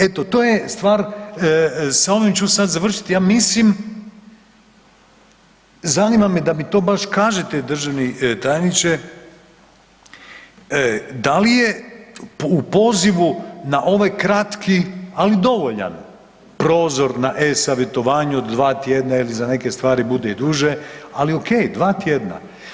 Eto, to je stvar, sa ovim ću sad završiti, ja mislim, zanima me da mi to baš kažete, državni tajniče, da li je u pozivu na ovaj kratki, ali dovoljan, prozor na e-Savjetovanje od 2 tjedna jer za neke stvari bude i duže, ali okej, 2 tjedna.